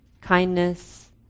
kindness